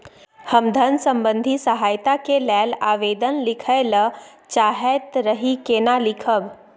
हम धन संबंधी सहायता के लैल आवेदन लिखय ल चाहैत रही केना लिखब?